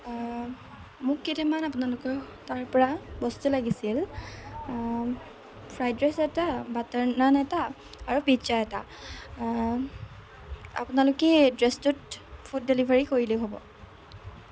মোক কেইটামান আপোনালোকৰ তাৰপৰা বস্তু লাগিছিল ফ্ৰাইড ৰাইচ এটা বাটাৰ নান এটা আৰু পিজ্জা এটা আপোনালোকে এই এড্ৰেছটোত ফুড ডেলিভাৰী কৰিলেও হ'ব